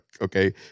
okay